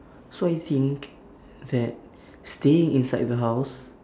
so I think that staying inside the house